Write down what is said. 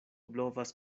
blovas